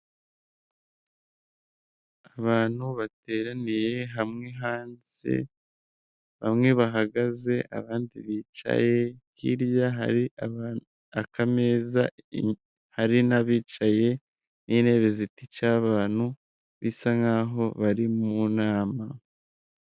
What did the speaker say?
Ni iduka rigurisha ibikoresho by'abadamu n'amasakoshi inkweto ndetse n'ibindi. Bikaba bigaragara ko bipanze ku buryo bigiye bikurikirana kandi busumbana.